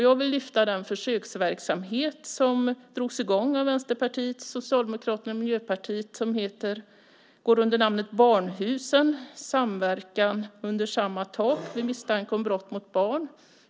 Jag vill lyfta fram den försöksverksamhet som drogs i gång av Vänsterpartiet, Socialdemokraterna och Miljöpartiet under namnet Barnhus, med samverkan under samma tak vid misstanke om brott mot barn.